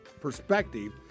perspective